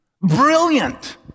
brilliant